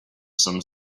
some